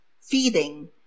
feeding